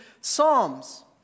Psalms